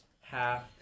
Half